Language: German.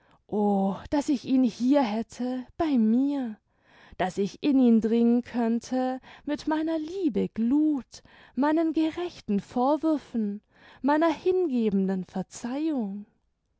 daß ich ihn hier hätte bei mir daß ich in ihn dringen könnte mit meiner liebe gluth meinen gerechten vorwürfen meiner hingebenden verzeihung